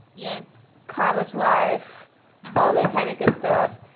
yes. college life and all that kind of good stuff.